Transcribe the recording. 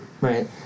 Right